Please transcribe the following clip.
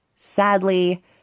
sadly